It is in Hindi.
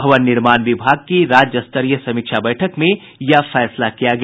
भवन निर्माण विभाग की राज्य स्तरीय समीक्षा बैठक में यह फैसला किया गया